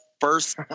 first